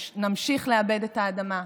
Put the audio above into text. נמשיך לעבד את האדמה,